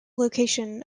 location